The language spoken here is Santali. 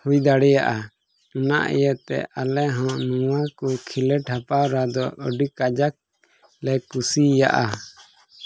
ᱦᱩᱭ ᱫᱟᱲᱮᱭᱟᱜᱼᱟ ᱚᱱᱟ ᱤᱭᱟᱹᱛᱮ ᱟᱞᱮ ᱦᱚᱸ ᱱᱚᱣᱟ ᱠᱚ ᱠᱷᱮᱞᱳᱰ ᱦᱮᱯᱨᱟᱣ ᱨᱮᱫᱚ ᱟᱹᱰᱤ ᱠᱟᱡᱟᱠ ᱞᱮ ᱠᱩᱥᱤᱭᱟᱜᱼᱟ